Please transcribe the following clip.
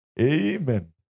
Amen